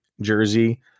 jersey